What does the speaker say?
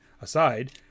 aside